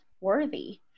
worthy